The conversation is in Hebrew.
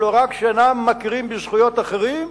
שלא רק שאינם מכירים בזכויות אחרים,